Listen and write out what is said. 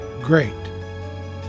great